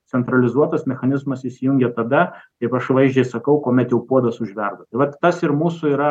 centralizuotas mechanizmas įsijungia tada kaip aš vaizdžiai sakau kuomet jau puodas užverda tai vat tas ir mūsų yra